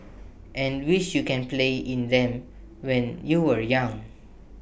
and wish you can play in them when you were young